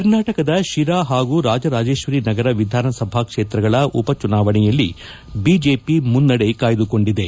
ಕರ್ನಾಟಕದ ಶಿರಾ ಹಾಗೂ ರಾಜರಾಜೇಶ್ವರಿ ನಗರ ವಿಧಾನಸಭಾ ಕ್ಷೇತ್ರಗಳ ಉಪಚುನಾವಣೆಯಲ್ಲಿ ಬಿಜೆಪಿ ಮುನ್ನಡೆ ಕಾಯ್ದುಕೊಂಡಿದೆ